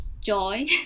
joy